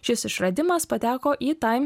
šis išradimas pateko į taim